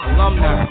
Alumni